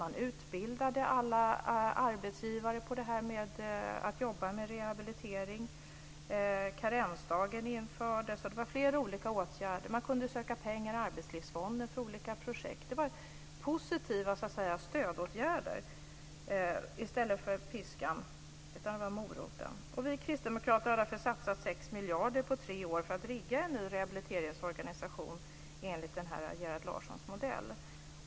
Man utbildade alla arbetsgivare på det här med att jobba med rehabilitering. Karensdagen infördes. Det var flera olika åtgärder. Man kunde söka pengar ur arbetslivsfonden för olika projekt. Det var positiva stödåtgärder. I stället för piskan använde man moroten. Vi kristdemokrater har därför satsat sex miljarder kronor på tre år för att rigga en ny rehabiliteringsorganisation enligt Gerhard Larssons modell.